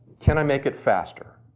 can i make it faster?